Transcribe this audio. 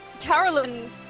Carolyn